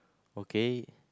okay